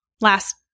last